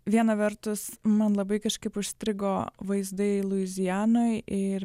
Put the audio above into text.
viena vertus man labai kažkaip užstrigo vaizdai luizianoj ir